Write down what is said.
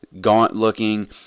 gaunt-looking